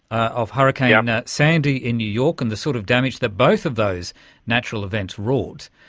of hurricane yeah and sandy in new york and the sort of damage that both of those natural events wrought.